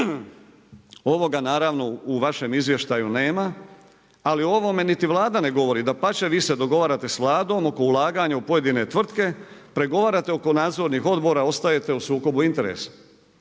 Ovoga naravno u vašem izvještaju nema ali o ovome niti Vlada ne govori, dapače, vi se dogovarate s Vladom oko ulaganja u pojedine tvrtke, pregovarate oko nadzornih odbora, ostajete u sukobu interesa.